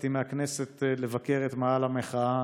יצאתי מהכנסת לבקר את מאהל המחאה